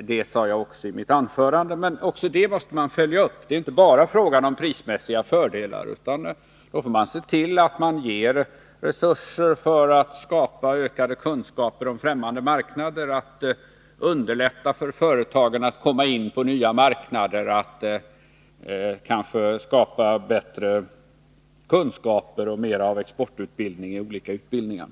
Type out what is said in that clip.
det sade jag också i mitt huvudanförande. Men det gäller även här att följa upp utvecklingen. Det är inte bara fråga om prismässiga fördelar utan också om resurser för att skapa ökade kunskaper om främmande marknader. Man får se till att underlätta för företagen att komma in på nya marknader och att kanske skapa bättre kunskaper och mer av exportutbildning i olika utbildningar.